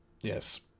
Yes